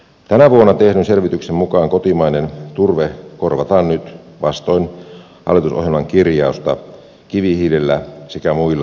tänä vuonna tehdyn selvityksen mukaan kotimainen turve korvataan nyt vastoin hallitusohjelman kirjausta kivihiilellä sekä muulla tuontienergialla